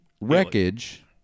wreckage